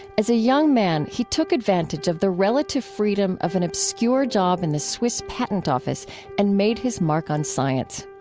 as a young man, he took advantage of the relative freedom of an obscure job in the swiss patent office and made his mark on science.